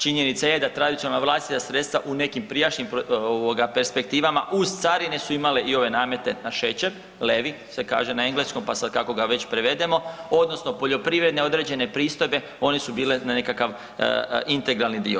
Činjenica je da tradicionalna vlastita sredstva u nekim prijašnjim perspektivama uz carine su imale i ove namete na šećer, ... se kaže na engleskom pa sad kako ga već prevedemo, odnosno poljoprivredne određene pristojbe, one su bile na nekakav integralni dio.